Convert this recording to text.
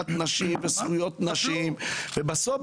בשדולות הנשים וזכויות נשים ובסוף,